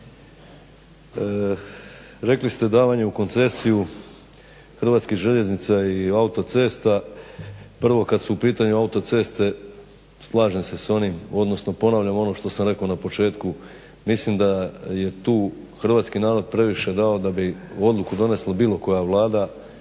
rekli ste davanje u koncesiju HŽ-a i autocesta, prvo kad su u pitanju autoceste slažem s onim, odnosno ponavljam ono što sam rekao na početku, mislim da je tu hrvatski narod previše dao da bi odluku donesla bilo koja Vlada